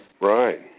Right